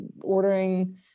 ordering